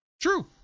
true